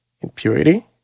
impurity